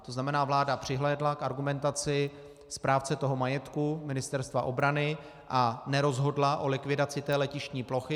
To znamená, vláda přihlédla k argumentaci správce toho majetku Ministerstva obrany a nerozhodla o likvidaci té letištní plochy.